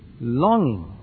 longing